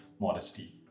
modesty